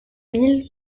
mille